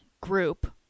group –